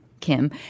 Kim